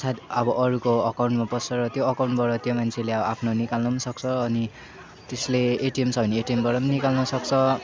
सायद अब अरूको अकाउन्टमा पस्छ र त्यो अकाउन्टबाट त्यो मान्छेले आफ्नो निकाल्नु पनि सक्छ अनि त्यसले एटिएम छ भने एटिएमबाट पनि निकाल्नु सक्छ